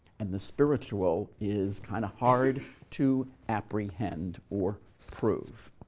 and the spiritual is kind of hard to apprehend or prove.